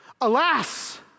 Alas